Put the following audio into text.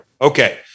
Okay